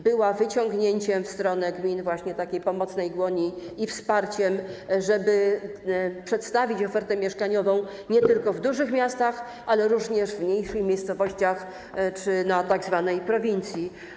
Była wyciągnięciem w stronę gmin pomocnej dłoni i wsparciem, żeby przedstawić ofertę mieszkaniową nie tylko w dużych miastach, ale również w mniejszych miejscowościach czy na tzw. prowincji.